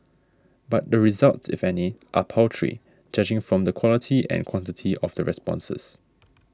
but the results if any are paltry judging from the quality and quantity of the responses